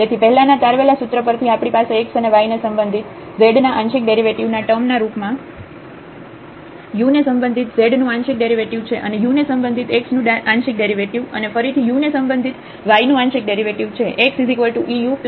તેથી પહેલાના તારવેલા સૂત્ર પરથી આપણી પાસે x અને y ને સંબંધિત z ના આંશિક ડેરિવેટિવ ના ટર્મ ના રૂપ માં u ને સંબંધિત z નું આંશિક ડેરિવેટિવ છે અને u ને સંબંધિત x નું આંશિક ડેરિવેટિવ અને ફરીથી u ને સંબંધિત y નું આંશિક ડેરિવેટિવ છે